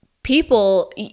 People